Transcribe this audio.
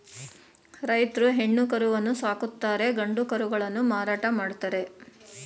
ರೈತ್ರು ಹೆಣ್ಣು ಕರುವನ್ನು ಸಾಕುತ್ತಾರೆ ಗಂಡು ಕರುಗಳನ್ನು ಮಾರಾಟ ಮಾಡ್ತರೆ